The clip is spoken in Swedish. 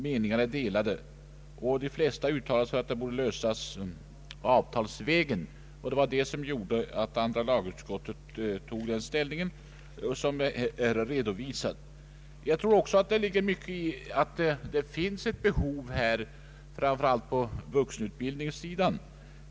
Det var detta som gjorde att andra lagutskottet tog ställning på det sätt som här är redovisat. Jag tror också att det finns ett sådant här behov, framför allt på vuxenutbildningssidan.